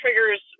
triggers